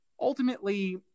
ultimately